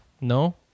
No